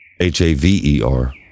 H-A-V-E-R